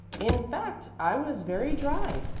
in fact, i was very dry.